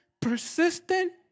Persistent